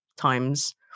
times